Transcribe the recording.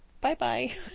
Bye-bye